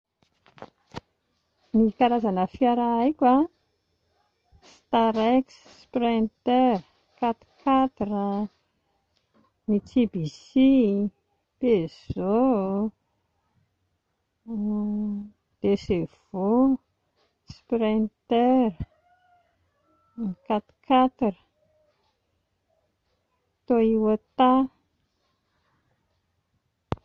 Ny karazana fiara haiko a: starex, sprinter, quat-quatre, mitsibushi, Peugeot, deux chevaux, sprinter, ny quat-quatre, Toyota.